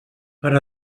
per